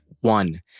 one